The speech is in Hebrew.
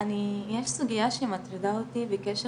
אני יש סוגיה שמטרידה אותי בקשר